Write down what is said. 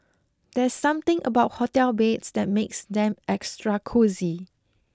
there's something about hotel beds that makes them extra cosy